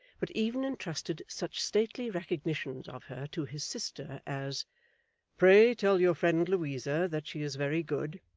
but even entrusted such stately recognitions of her to his sister as pray tell your friend, louisa, that she is very good